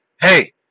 hey